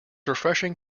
refreshing